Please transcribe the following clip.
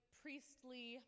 priestly